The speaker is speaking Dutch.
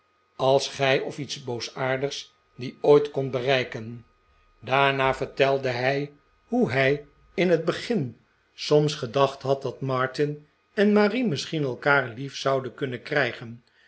als gij of iets boosaardigs dien ooit kondt bereiken daarna vertelde hij hoe hij in het begin soms gedacht had dat martin en marie misschien elkaar lief zouden kunnen krijgen